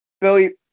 Billy